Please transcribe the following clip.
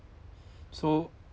so